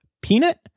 Peanut